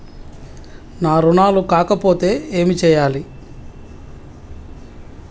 నా రుణాలు కాకపోతే ఏమి చేయాలి?